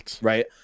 right